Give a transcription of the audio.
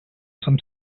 some